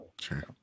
Sure